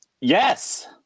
Yes